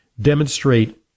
demonstrate